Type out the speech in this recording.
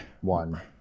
One